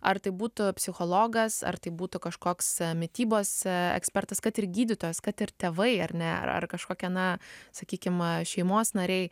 ar tai būtų psichologas ar tai būtų kažkoks mitybos ekspertas kad ir gydytojas kad ir tėvai ar ne ar ar kažkokie na sakykim šeimos nariai